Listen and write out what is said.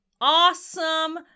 awesome